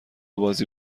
بازی